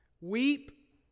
weep